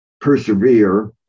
persevere